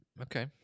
okay